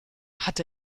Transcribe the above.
hat